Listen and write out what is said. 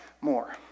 more